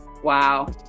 wow